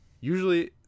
usually